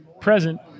present